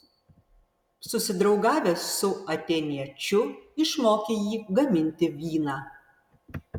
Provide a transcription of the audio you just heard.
susidraugavęs su atėniečiu išmokė jį gaminti vyną